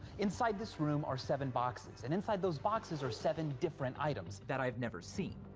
inside this room are seven boxes, and inside those boxes are seven different items that i've never seen.